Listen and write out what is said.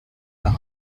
par